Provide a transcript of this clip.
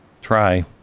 Try